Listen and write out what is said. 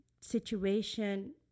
situation